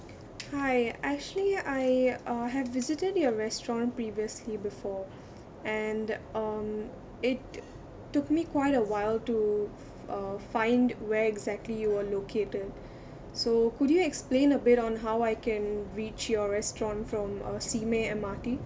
hi actually I uh have visited your restaurant previously before and um it took me quite awhile to uh find where exactly you were located so could you explain a bit on how I can reach your restaurant from uh simei M_R_T